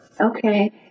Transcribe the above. okay